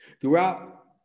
Throughout